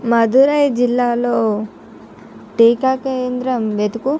మధురై జిల్లాలో టీకా కేంద్రం వెతుకుము